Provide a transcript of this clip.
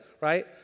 right